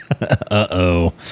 Uh-oh